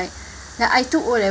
like ya I took O levels